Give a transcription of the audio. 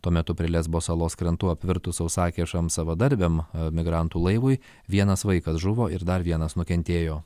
tuo metu prie lesbo salos krantų apvirtus sausakimšam savadarbiam migrantų laivui vienas vaikas žuvo ir dar vienas nukentėjo